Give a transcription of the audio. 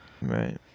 Right